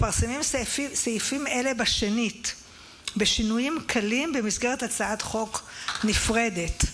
מתפרסמים סעיפים אלו בשנית בשינויים קלים במסגרת הצעת חוק נפרדת.